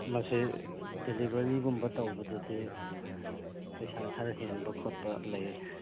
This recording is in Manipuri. ꯃꯁꯦ ꯗꯤꯂꯤꯕꯔꯤꯒꯨꯝꯕ ꯇꯧꯕꯗꯗꯤ ꯄꯩꯁꯥ ꯈꯔ ꯍꯦꯟꯕ ꯈꯣꯠꯄ ꯂꯩꯌꯦ